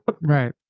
Right